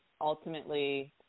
ultimately